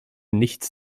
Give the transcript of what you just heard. nichts